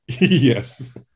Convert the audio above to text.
Yes